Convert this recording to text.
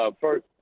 First